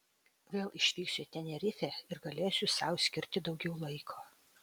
vėl išvyksiu į tenerifę ir galėsiu sau skirti daugiau laiko